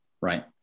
Right